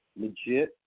legit